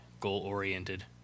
goal-oriented